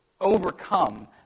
overcome